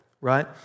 right